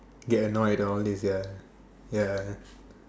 get annoyed at all lazier ya